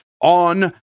on